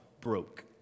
broke